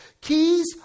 Keys